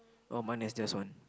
oh mine is just one